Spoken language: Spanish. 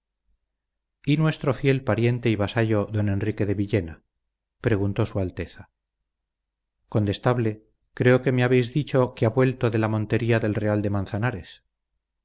y nuestro fiel pariente y vasallo don enrique de villena preguntó su alteza condestable creo que me habéis dicho que ha vuelto de la montería del real de manzanares